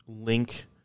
Link